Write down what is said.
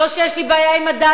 לא שיש לי בעיה עם הדת.